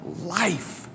life